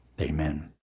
Amen